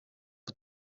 het